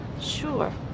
Sure